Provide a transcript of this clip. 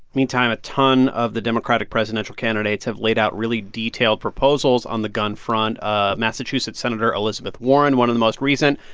meantime, a ton of the democratic presidential candidates have laid out really detailed proposals on the gun front ah massachusetts senator elizabeth warren, one of the most recent.